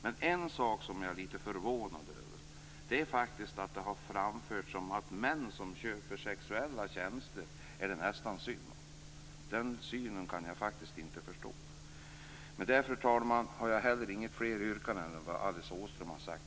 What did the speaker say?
Men en sak som jag är litet förvånad över är att det har framförts att det nästan är synd om män som köper sexuella tjänster. Den synen kan jag faktiskt inte förstå. Fru talman! Jag har inga fler yrkanden än de som Alice Åström har gjort.